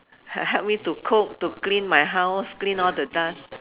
he~ help me to cook to clean my house clean all the dust